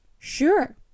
Sure